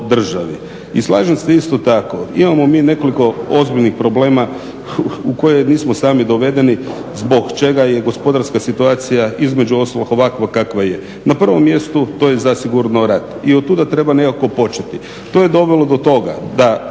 I slažem se isto tako imamo mi nekoliko ozbiljnih problema u koje nismo sami dovedeni zbog čega je gospodarska situacija između ostalog ovakva kakva je. Na prvom mjestu to je zasigurno rat i od tuda treba nekako početi. To je dovelo do toga da